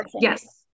Yes